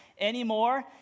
anymore